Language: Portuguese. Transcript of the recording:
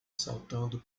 saltando